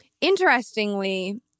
interestingly